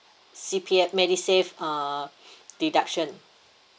C_P_F medisave uh deduction